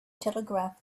telegraph